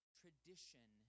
tradition